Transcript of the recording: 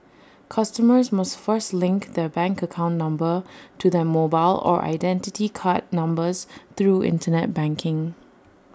customers must first link their bank account number to their mobile or Identity Card numbers through Internet banking